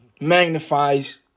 magnifies